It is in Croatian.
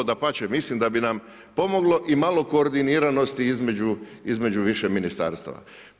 Dapače, mislim da bi nam pomoglo i malo koordiniranosti između više ministarstava.